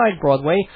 Broadway